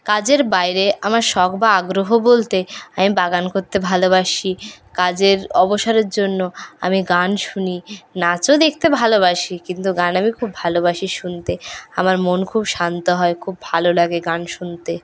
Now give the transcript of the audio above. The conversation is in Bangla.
কাজের বাইরে আমার শখ বা আগ্রহ বলতে আমি বাগান করতে ভালোবাসি কাজের অবসরের জন্য আমি গান শুনি নাচও দেখতে ভালোবাসি কিন্তু গান আমি খুব ভালোবাসি শুনতে আমার মন খুব শান্ত হয় খুব ভালো লাগে গান শুনতে